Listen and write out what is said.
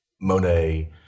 Monet